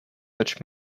touch